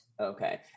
Okay